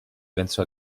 pensò